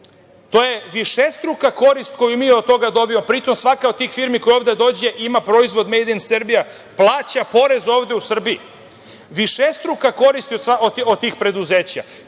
To je višestruka korist koju mi od toga dobijamo, pri tom svaka od tih firmi koja ovde dođe ima proizvod „made in Serbia“, plaća porez ovde u Srbiji. Višestruka korist od tih preduzeća. Kad